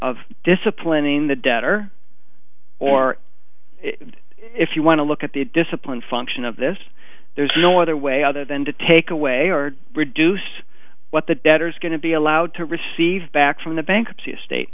of disciplining the debtor or if you want to look at the disciplined function of this there's no other way other than to take away or reduce what the debtors going to be allowed to receive back from the bankruptcy estate